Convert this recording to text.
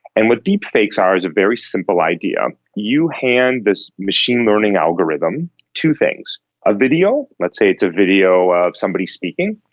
and what deep fakes are is a very simple idea. you hand this machine learning algorithm two things a video, let's say a video of somebody speaking,